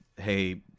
Hey